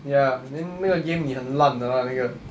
ya then 那个 game 你很烂的 lah 那个